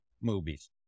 movies